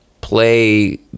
play